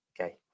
Okay